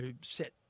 set